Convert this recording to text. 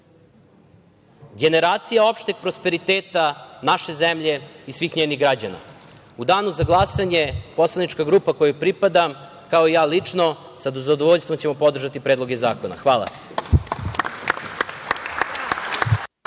generacija opšteg prosperiteta naše zemlje i svih naših građana.U danu za glasanje poslanička grupa kojoj pripadam, kao i ja lično, sa zadovoljstvom ćemo podržati predloge zakona. Hvala.